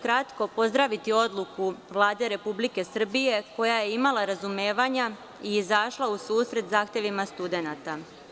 Kratko ću pozdraviti odluku Vlade Republike Srbije koja je imala razumevanja i izašla u susret zahtevima studenata.